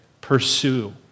pursue